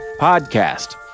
Podcast